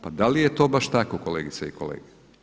Pa da li je to baš tako kolegice i kolege?